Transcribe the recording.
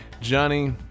Johnny